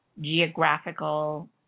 geographical